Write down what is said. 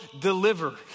deliver